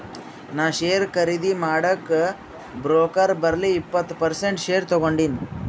ನಾ ಶೇರ್ ಖರ್ದಿ ಮಾಡಾಗ್ ಬ್ರೋಕರ್ ಬಲ್ಲಿ ಇಪ್ಪತ್ ಪರ್ಸೆಂಟ್ ಶೇರ್ ತಗೊಂಡಿನಿ